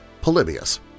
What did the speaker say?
Polybius